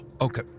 okay